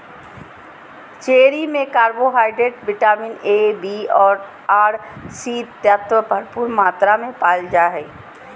cherry में carbohydrate, vitamin A, B आर C तत्व भरपूर मात्रा में पायल जा हइ